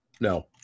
No